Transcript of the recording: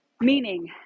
meaning